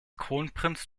kronprinz